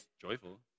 joyful